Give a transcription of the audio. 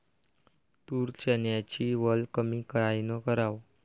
तूर, चन्याची वल कमी कायनं कराव?